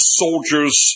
soldiers